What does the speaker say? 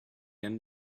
end